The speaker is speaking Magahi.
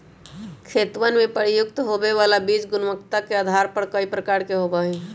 खेतवन में प्रयुक्त होवे वाला बीज गुणवत्ता के आधार पर कई प्रकार के होवा हई